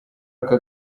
aka